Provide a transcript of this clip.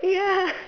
ya